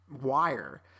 wire